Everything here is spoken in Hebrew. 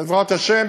בעזרת השם,